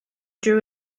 drew